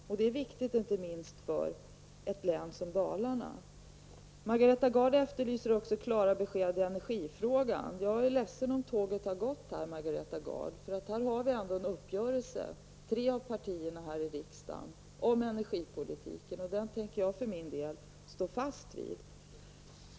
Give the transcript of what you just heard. Detta är viktigt inte minst för ett län som Margareta Gard efterlyser också klara besked i energifrågan. Jag är ledsen, Margareta Gard, men här har tåget redan gått. Det har träffats en uppgörelse mellan tre av partierna i riksdagen om energipolitiken, och den uppgörelsen tänker jag för min del stå fast vid.